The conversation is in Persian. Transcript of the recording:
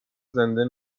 زنده